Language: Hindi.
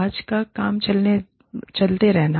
आज का काम चलते रहना